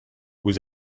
vous